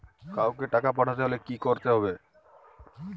কাওকে টাকা পাঠাতে হলে কি করতে হবে?